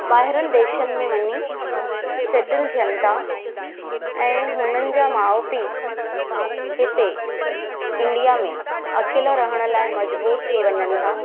ॿाहिरिनि देशनि में वञी सेटल थियनि था ऐं हुननि जा माउ पीउ हिते इंडिया में अकेला रहण लाइ मजबूर थी वञनि था